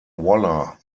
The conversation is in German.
waller